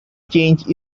change